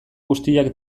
guztiak